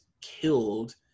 killed